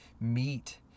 meat